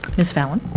ms. fallon?